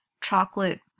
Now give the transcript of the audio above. chocolate